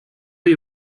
you